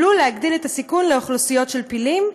עלול להגדיל את הסיכון לאוכלוסיות של פילים,